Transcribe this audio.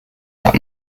that